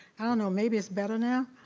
i don't know maybe it's better now,